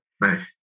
Nice